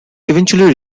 eventually